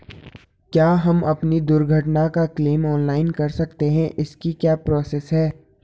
क्या हम अपनी दुर्घटना का क्लेम ऑनलाइन कर सकते हैं इसकी क्या प्रोसेस है?